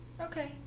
Okay